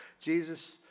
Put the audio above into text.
Jesus